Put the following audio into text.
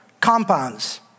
compounds